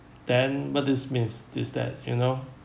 then what this means is that you know